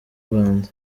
rwanda